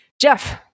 Jeff